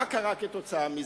מה קרה כתוצאה מזה?